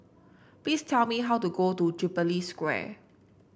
please tell me how to go to Jubilee Square